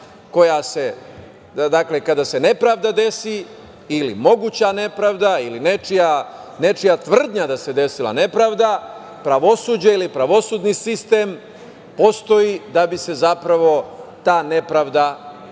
odbrane pravde, kada se nepravda desi ili moguća nepravda ili nečija tvrdnja da se desila nepravda, pravosuđe ili pravosudni sistem postoji da bi se zapravo ta nepravda otklonila.